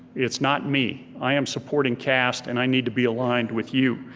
it's not me, i am supporting cast and i need to be aligned with you.